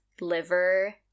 liver